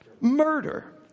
Murder